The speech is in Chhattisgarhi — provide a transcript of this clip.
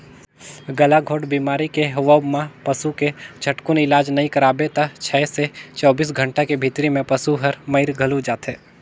गलाघोंट बेमारी के होवब म पसू के झटकुन इलाज नई कराबे त छै से चौबीस घंटा के भीतरी में पसु हर मइर घलो जाथे